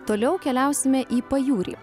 toliau keliausime į pajūrį